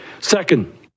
Second